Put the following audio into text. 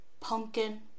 Pumpkin